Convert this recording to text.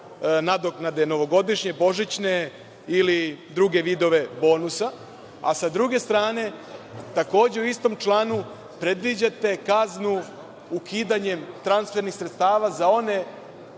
nadoknade novogodišnje, božićne ili druge vidove bonusa, a s druge strane, takođe u istom članu predviđate kaznu ukidanjem transfernih sredstava za one